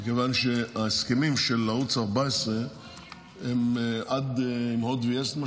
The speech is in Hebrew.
מכיוון שההסכמים של ערוץ 14 עם הוט ו-yes,